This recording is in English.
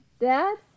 Dad